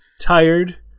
Tired